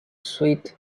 sweet